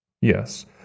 Yes